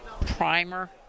primer